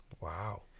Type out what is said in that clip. Wow